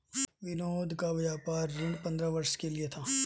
विनोद का व्यापार ऋण पंद्रह वर्ष के लिए था